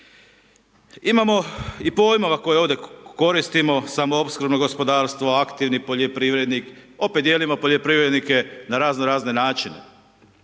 Imamo i pojmova koje ovdje koristimo, samoopskrbno gospodarstvo, aktivni poljoprivrednik, opet dijelimo poljoprivrednike na razno razne načine.